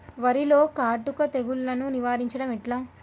వరిలో కాటుక తెగుళ్లను నివారించడం ఎట్లా?